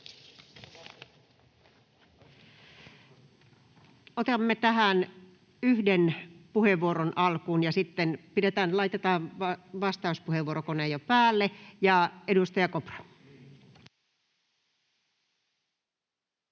Otamme tähän yhden puheenvuoron alkuun. Laitetaan vastauspuheenvuorokone jo päälle. — Edustaja Kopra.